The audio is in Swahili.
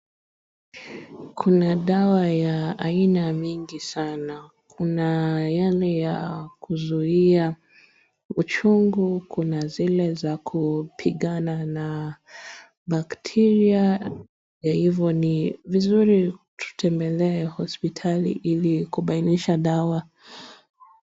Kuna dawa ya aina mingi sana. Kuna yale ya kuzuia uchungu, kuna zile za kupigana na bacteria . Na hivyo ni vizuri tutembelee hospitali ili kubainisha dawa.